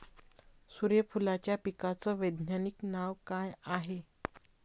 सुर्यफूलाच्या पिकाचं वैज्ञानिक नाव काय हाये?